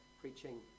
preaching